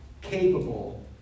capable